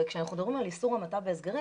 וכשאנחנו מדברים על איסור המתה בהסגרים